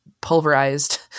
pulverized